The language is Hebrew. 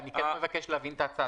אני מבקש להבין את ההצעה,